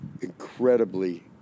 incredibly